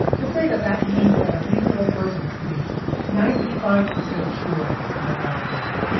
we'll say that that means that a reasonable person has to be ninety five percent sure that lamar did it.